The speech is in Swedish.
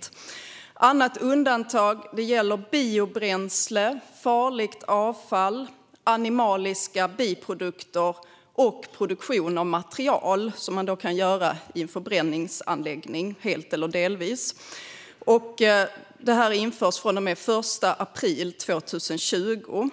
Ett annat undantag gäller biobränsle, farligt avfall, animaliska biprodukter och produktion av material, något som man kan göra i en förbränningsanläggning, helt eller delvis. Skatten införs den 1 april 2020.